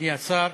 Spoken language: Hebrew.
מכובדי השר,